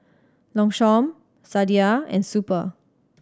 Longchamp Sadia and Super